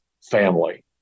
family